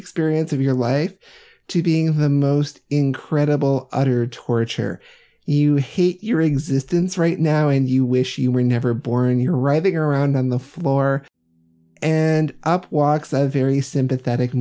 experience of your life to being the most incredible uttered torture you hate your existence right now and you wish you were never born you're riding around on the floor and up walk the very sympathetic